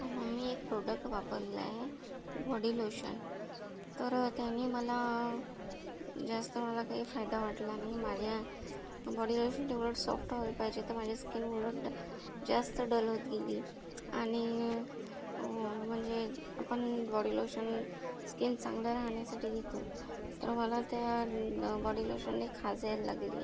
हो मी एक प्रोडक्ट वापरला आहे बॉडी लोशन तर त्याने मला जास्त मला काही फायदा वाटला नाही माझ्या बॉडी लोशनने उलट सॉफ्ट व्हायला पाहिजे तर माझी स्किन उलट जास्त डल होत गेली आणि म्हणजे आपण बॉडी लोशन स्किन चांगलं राहण्यासाठी घेतो तर मला त्या बॉडी लोशनने खाज यायला लागली